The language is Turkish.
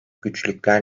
güçlükler